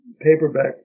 paperback